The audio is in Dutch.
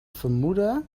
vermoeden